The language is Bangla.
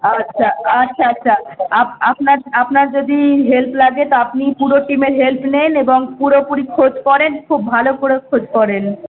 আচ্ছা আচ্ছা আচ্ছা আপ আপনার আপনার যদি হেল্প লাগে তা আপনি পুরো টিমের হেল্প নেন এবং পুরোপুরি খোঁজ করেন খুব ভালো করে খোঁজ করেন